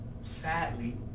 Sadly